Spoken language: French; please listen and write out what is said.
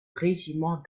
régiment